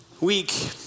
Week